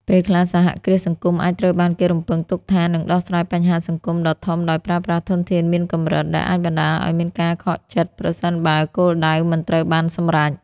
ពេលខ្លះ សហគ្រាសសង្គមអាចត្រូវបានគេរំពឹងទុកថានឹងដោះស្រាយបញ្ហាសង្គមដ៏ធំដោយប្រើប្រាស់ធនធានមានកម្រិត ដែលអាចបណ្តាលឲ្យមានការខកចិត្តប្រសិនបើគោលដៅមិនត្រូវបានសម្រេច។